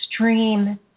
extreme